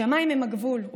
השמיים הם הגבול,